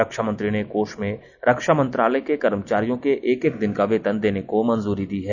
रक्षा मंत्री ने कोष में रक्षा मंत्रालय के कर्मचारियों के एक दिन का वेतन देने को मंजूरी दी है